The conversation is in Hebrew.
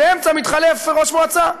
באמצע מתחלף ראש מועצה,